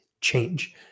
change